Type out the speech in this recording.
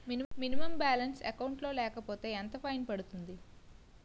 Minimum balance account లో లేకపోతే ఎంత ఫైన్ పడుతుంది?